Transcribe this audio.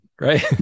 right